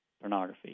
pornography